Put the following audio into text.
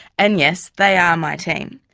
and yes they are my team!